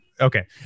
okay